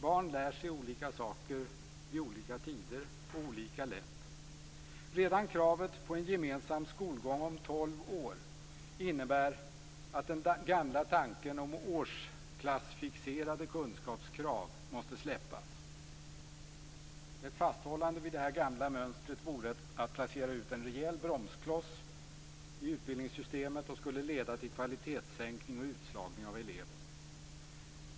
Barn lär sig olika saker vid olika tider och olika lätt. Redan kravet på en gemensam skolgång om tolv år innebär att den gamla tanken om årsklassfixerade kunskapskrav måste släppas. Ett fasthållande vid detta gamla mönster vore att placera ut en rejäl bromskloss i utbildningssystemet och skulle leda till kvalitetssänkning och utslagning av elever.